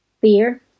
fear